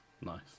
nice